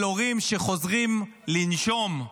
של הורים שחוזרים לנשום,